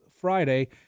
Friday